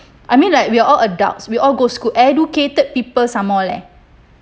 I mean like we're all adults we all go school educated people some more leh